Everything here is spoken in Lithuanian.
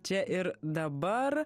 čia ir dabar